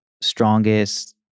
strongest